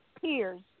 peers